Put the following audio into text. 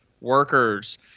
workers